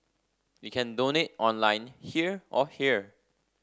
you can donate online here or here